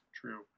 true